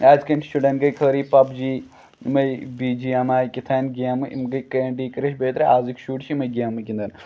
أزکین شُرٮ۪ن گے خٲلی پَبجی بیٚیہِ بی جی ایم آی کیاہ تام گیمہٕ یِم گے کینڈی کرش بیٚترِ أزٕکۍ شُرۍ چھِ یِمے گیمہٕ گِندان